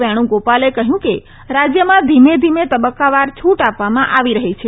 વેણુગોપાલે કહ્યું કે રાજ્યમાં ધીમે ધીમે તબક્કાવાર છુટ આપવામાં આવી રહી છે